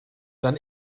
dann